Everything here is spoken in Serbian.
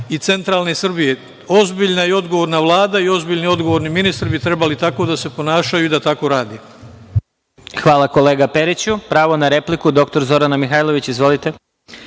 i centralne Srbije. Ozbiljna i odgovorna vlada i ozbiljni i odgovorni ministri bi trebali tako da se ponašaju i da tako rade. **Vladimir Marinković** Hvala, kolega Periću. Pravo na repliku, dr Zorana Mihajlović. Izvolite.